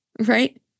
right